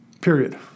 Period